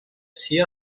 sia